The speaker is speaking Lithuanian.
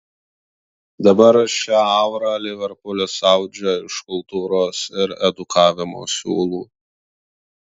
dabar šią aurą liverpulis audžia iš kultūros ir edukavimo siūlų